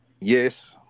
Yes